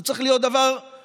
זה צריך להיות דבר פשוט,